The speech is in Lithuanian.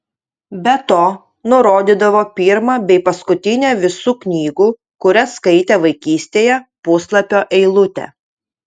be to nurodydavo pirmą bei paskutinę visų knygų kurias skaitė vaikystėje puslapio eilutę